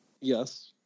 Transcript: Yes